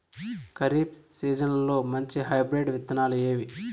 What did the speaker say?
ఖరీఫ్ సీజన్లలో మంచి హైబ్రిడ్ విత్తనాలు ఏవి